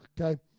Okay